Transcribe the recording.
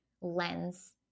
lens